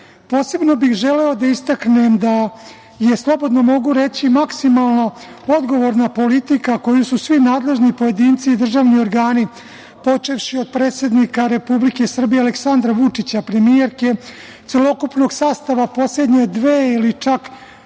imovine. Posebno bih želeo da istaknem da je, slobodno mogu reći, maksimalno odgovorna politika koju su svi nadležni pojedinci i državni organi, počevši od predsednika Republike Srbije Aleksandra Vučića, premijerke, celokupnog sastava poslednje dve ili čak